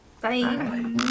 Bye